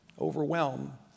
overwhelm